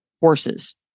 horses